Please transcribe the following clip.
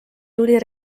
tuli